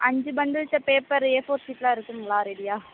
அஞ்சு பண்டில்ட்ட paper A four ஷீட்லாம் இருக்குதுங்களா ரெடியாக